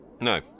No